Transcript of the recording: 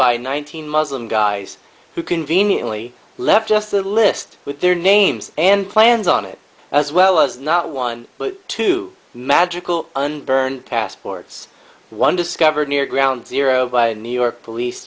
by nineteen muslim guys who conveniently left just a list with their names and plans on it as well as not one but two magical unburned passports one discovered near ground zero via new york police